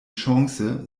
chance